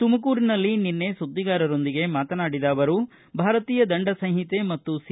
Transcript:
ತುಮಕೂರಿನಲ್ಲಿ ನಿನ್ನೆ ಸುಧ್ದಿಗಾರರೊಂದಿಗೆ ಮಾತನಾಡಿದ ಅವರು ಭಾರತೀಯ ದಂಡ ಸಂಹಿತೆ ಮತ್ತು ಿ